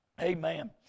Amen